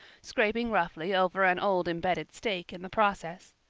scraping roughly over an old embedded stake in the process.